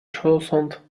schoßhund